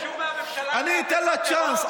אני אתן לה צ'אנס,